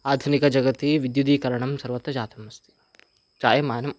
आधुनिकजगति विद्युदीकरणं सर्वत्र जातमस्ति जायमानं